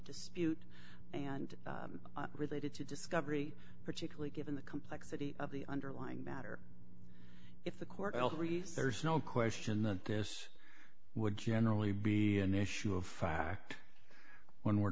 dispute and related to discovery particularly given the complexity of the underlying matter if the court will freeze there's no question that this would generally be an issue of fact when we're